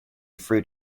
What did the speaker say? fruit